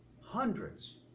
hundreds